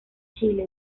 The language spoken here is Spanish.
chile